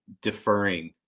deferring